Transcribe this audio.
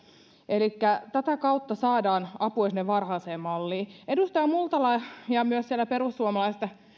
elikkä tätä kautta saadaan apua sinne varhaiseen malliin edustaja multala toivoi ja myös perussuomalaisista